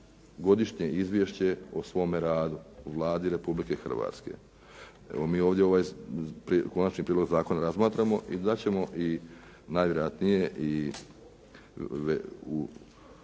godišnje Izvješće o svome radu u Vladi Republike Hrvatske. Imamo mi ovdje ovaj Konačni prijedlog zakona razmatramo i znat ćemo najvjerojatnije većina